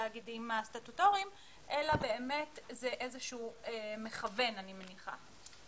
הסטטוטוריים אלא באמת זה איזשהו מכוון, אני מניחה.